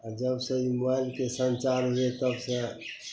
आओर जबसे ई मोबाइलके संसार भेल तबसे